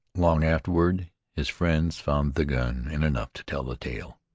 long afterward his friends found the gun and enough to tell the tale.